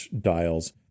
dials